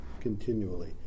continually